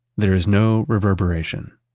there is no reverberation,